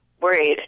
worried